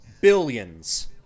billions